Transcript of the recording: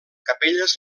capelles